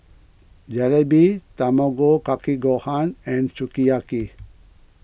Jalebi Tamago Kake Gohan and Sukiyaki